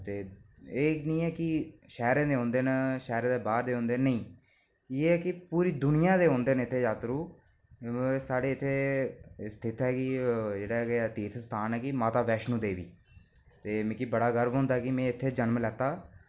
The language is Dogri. ते एह् निं ऐ कि शैह्रे दे औंदे न शैह्रे दे बाहरै दे औंदे न नेईं ते इत्थै पूरी दूनिया दे औंंदे न जात्तरू ते साढ़ा इत्थै जेह्ड़ा कि तीर्थ स्थान ऐ माता वैष्णो देवी ते मिगी बड़ा गर्व होंदा कि में इत्थै जनम लैता